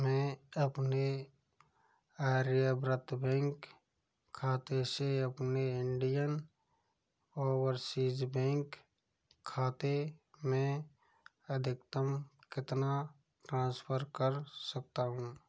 मैं अपने आर्यावर्त बैंक खाते से अपने इंडियन ओवरसीज़ बैंक खाते में अधिकतम कितना ट्रांसफ़र कर सकता हूँ